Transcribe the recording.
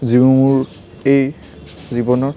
যিবোৰ মোৰ এই জীৱনৰ